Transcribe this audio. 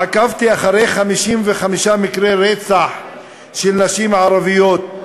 עקבתי אחרי 55 מקרי רצח של נשים ערביות.